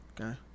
Okay